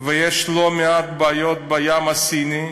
ויש לא מעט בעיות בים הסיני,